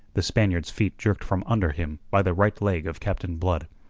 the spaniard's feet jerked from under him by the right leg of captain blood.